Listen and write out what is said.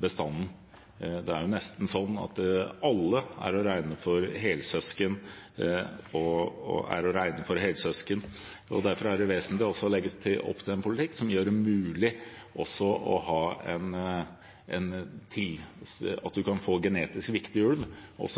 bestanden. Det er nesten sånn at alle er å regne for helsøsken. Derfor er det vesentlig også å legge opp til en politikk som gjør det mulig å få genetisk viktig ulv